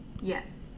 Yes